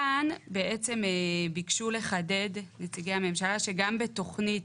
כאן בעצם ביקשו לחדד נציגי הממשלה שגם בתוכנית